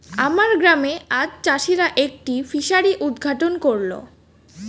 আমার গ্রামে আজ চাষিরা একটি ফিসারি উদ্ঘাটন করল